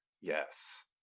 Yes